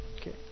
Okay